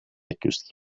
accused